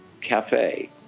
Cafe